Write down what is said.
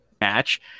match